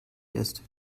ist